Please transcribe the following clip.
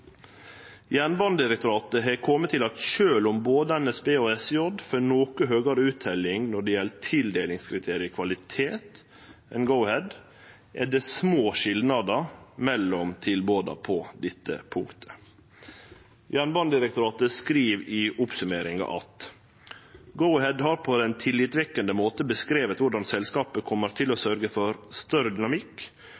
Jernbanedirektoratet har kome til at sjølv om både NSB og SJ får noko høgare utteljing når det gjeld tildelingskriteriet «kvalitet» enn Go-Ahead, er det små skilnader mellom tilboda på dette punktet. Jernbanedirektoratet skriv i oppsummeringa at «Go-Ahead på en tillitsvekkende måte har beskrevet hvordan selskapet kommer til å